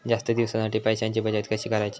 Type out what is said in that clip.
जास्त दिवसांसाठी पैशांची बचत कशी करायची?